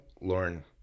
Lauren